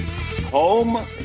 Home